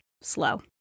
slow